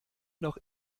noch